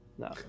No